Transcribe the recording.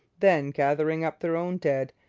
then, gathering up their own dead,